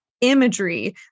imagery